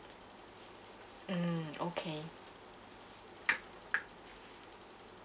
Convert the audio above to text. mm okay